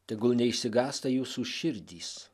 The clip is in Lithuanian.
tegul neišsigąsta jūsų širdys